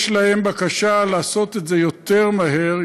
יש להם בקשה לעשות את זה יותר מהר,